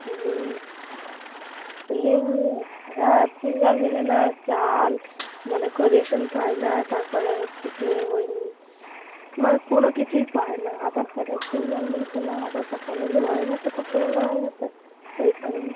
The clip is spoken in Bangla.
নেই নেই হ্যাঁ ফিঙ্গার মেলে না চাল মানে কো রেশন পাই না তারপর হচ্ছে কী ওই মানে কোনো কিচুই পায় না আধার কার্ডের ফিঙ্গার মিলছে না আধার কাডটা অনেক দিন হয়ে গেছে তো পুরোনো হয়ে গেছে ওই কারণে